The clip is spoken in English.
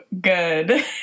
good